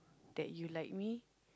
that you like me